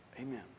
Amen